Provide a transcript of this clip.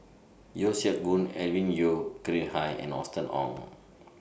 Yeo Siak Goon Alvin Yeo Khirn Hai and Austen Ong